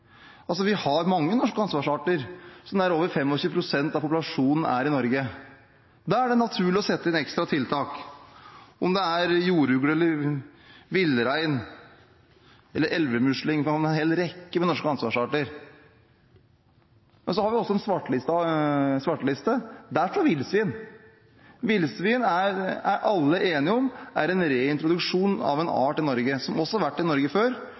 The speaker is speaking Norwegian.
Vi har mange norske ansvarsarter, der over 25 pst. av populasjonen er i Norge. Da er det naturlig å sette inn ekstra tiltak. Om det er jordugle, villrein eller elvemusling – vi har en hel rekke med norske ansvarsarter. Men så har vi også en svarteliste. Der står villsvin. Villsvin er alle enige om er en reintroduksjon av en art i Norge, som også har vært i Norge før,